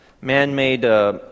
man-made